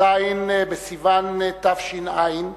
כ"ז בסיוון תש"ע,